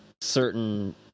certain